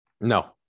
No